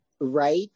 Right